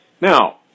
Now